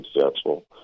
successful